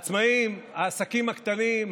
העצמאים, העסקים הקטנים,